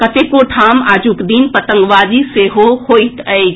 कतेको ठाम आजुक दिन पतंगबाजी सेहो होइत अछि